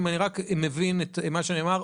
אם אני רק מבין את מה שנאמר,